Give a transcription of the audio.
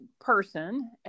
person